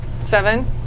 Seven